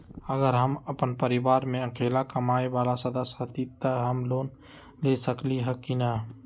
अगर हम अपन परिवार में अकेला कमाये वाला सदस्य हती त हम लोन ले सकेली की न?